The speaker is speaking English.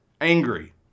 angry